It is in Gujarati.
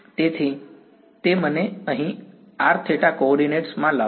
તેથી તે મને અહીં r θ કોઓર્ડિનેટ માં લાવ્યો